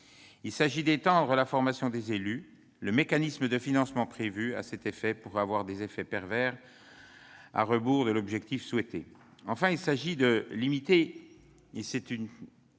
nécessaire d'étendre la formation des élus, le mécanisme de financement prévu à cet effet pourrait avoir des effets pervers et à rebours de l'objectif souhaité. Enfin, s'il faut limiter- c'est très